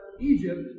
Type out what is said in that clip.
Egypt